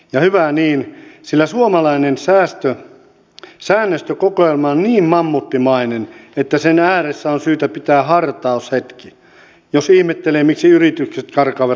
ja hyvä niin sillä suomalainen säännöstökokoelma on niin mammuttimainen että sen ääressä on syytä pitää hartaushetki jos ihmettelee miksi yritykset karkaavat muille maille